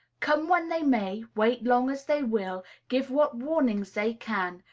come when they may, wait long as they will, give what warnings they can,